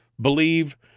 believe